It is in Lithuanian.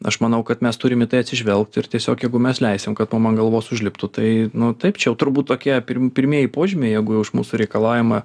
aš manau kad mes turim į tai atsižvelgt ir tiesiog jeigu mes leisim kad mum ant galvos užliptų tai nu taip čia jau turbūt tokie pirmi pirmieji požymiai jeigu jau už mūsų reikalaujama